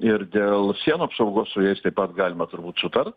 ir dėl sienų apsaugos su jais taip pat galima turbūt sutart